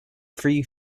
free